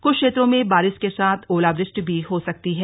कुछ क्षेत्रों में बारिश के साथ ओलावृष्टि भी हो सकती है